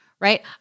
right